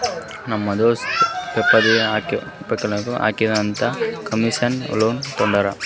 ನಮ್ ದೋಸ್ತ ಪೇಪರ್ದು ಫ್ಯಾಕ್ಟರಿ ಹಾಕ್ತೀನಿ ಅಂತ್ ಕಮರ್ಶಿಯಲ್ ಲೋನ್ ತೊಂಡಾನ